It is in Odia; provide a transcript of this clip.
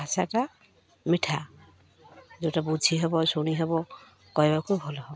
ଭାଷାଟା ମିଠା ଯେଉଁଟା ବୁଝି ହବ ଶୁଣି ହବ କହିବାକୁ ଭଲ ହବ